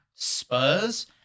Spurs